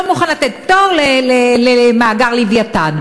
הוא לא מוכן לתת פטור למאגר "לווייתן".